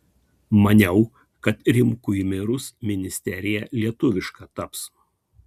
maniau kad rimkui mirus ministerija lietuviška taps